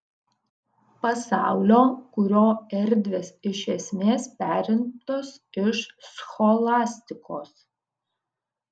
pasaulio kurio erdvės iš esmės perimtos iš scholastikos